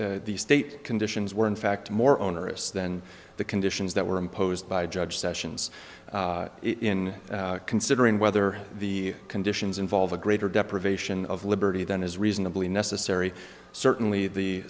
the state conditions were in fact more onerous than the conditions that were imposed by judge sessions in considering whether the conditions involve a greater deprivation of liberty than is reasonably necessary certainly the